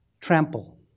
Trample